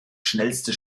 schnellste